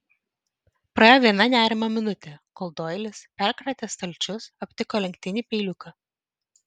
praėjo viena nerimo minutė kol doilis perkratęs stalčius aptiko lenktinį peiliuką